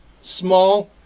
small